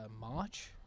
march